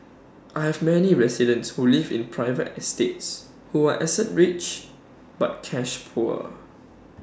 I have many residents who live in private estates who are asset rich but cash poor